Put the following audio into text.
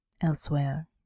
Elsewhere